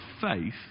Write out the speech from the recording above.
faith